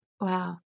Wow